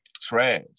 trash